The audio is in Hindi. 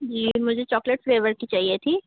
जी मुझे चॉकलेट फ्लेवर की चाहिए थी